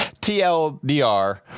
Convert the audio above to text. TLDR